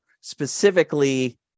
specifically